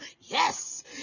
Yes